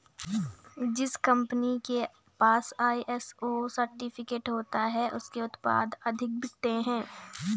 जिस कंपनी के पास आई.एस.ओ सर्टिफिकेट होता है उसके उत्पाद अधिक बिकते हैं